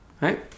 right